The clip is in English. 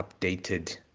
updated